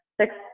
six